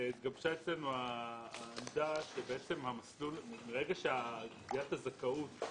התגבשה אצלנו העמדה שבעצם מרגע שקביעת הזכאות,